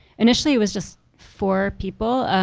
initially it was just four people.